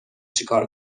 چیکار